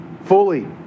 fully